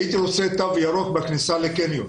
הייתי רוצה תו ירוק בכניסה לקניון